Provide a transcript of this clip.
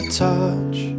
touch